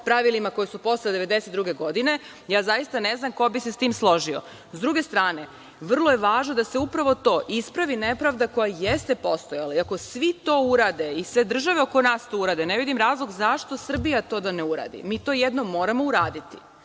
po pravilima koja su posle 1992. godine, zaista ne znam ko bi se sa tim složio. Sa druge strane, vrlo je važno da se ispravi nepravda koja jeste postojala i ako svi to urade i sve države oko nas to urade, ne vidim razlog zašto Srbija to da ne uradi? Mi to jednom moramo uraditi,